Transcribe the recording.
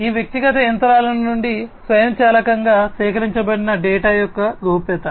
ఈ వ్యక్తిగత యంత్రాల నుండి స్వయంచాలకంగా సేకరించబడిన డేటా యొక్క గోప్యత